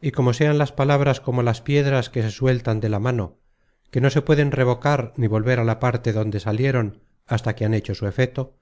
y como sean las palabras como las piedras que se sueltan de la mano que no se pueden revocar ni volver a la parte donde salieron hasta que han hecho su efeto